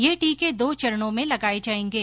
ये टीके दो चरणों में लगाए जाएंगे